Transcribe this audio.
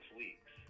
weeks